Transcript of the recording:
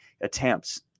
Attempts